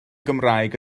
gymraeg